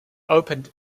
opened